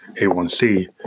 A1C